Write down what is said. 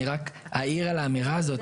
אני רק אעיר לגבי האמירה הזאת,